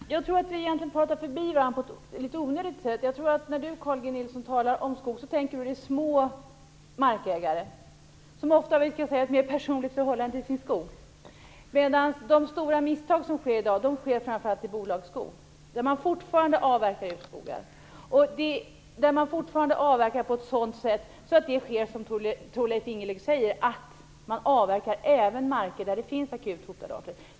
Fru talman! Jag tror att vi egentligen talar förbi varandra på ett litet onödigt sätt. När Carl G Nilsson talar om skog tänker han på små markägare, som ofta har ett mer personligt förhållande till sin skog. Men de stora misstag som sker i dag sker framför allt i bolagsskog. Bolagen avverkar fortfarande urskogar och avverkar på ett sådant sätt att det som Thorleif Ingelöf säger sker, nämligen att man avverkar även marker där det finns akut hotade arter.